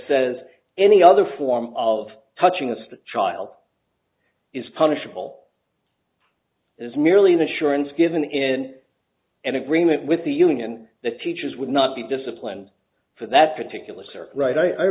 says any other form of touching of the child is punishable is merely an assurance given in an agreement with the union that teachers would not be disciplined for that particular circle right i